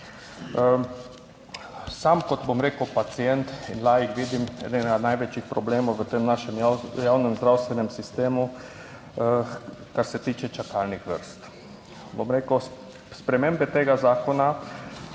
Sam kot, bom rekel, pacient in laik, vidim enega največjih problemov v tem našem javnem zdravstvenem sistemu, kar se tiče čakalnih vrst, bom rekel, spremembe tega zakona